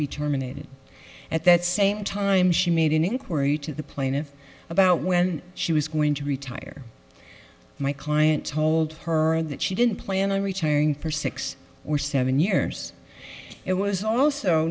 be terminated at that same time she made an inquiry to the plaintiff about when she was going to retire my client told her that she didn't plan on retiring for six or seven years it was also